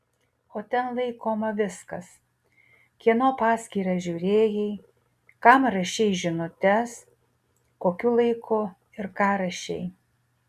o ten laikoma viskas kieno paskyrą žiūrėjai kam rašei žinutes kokiu laiku ir ką rašei